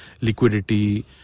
liquidity